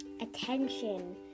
Attention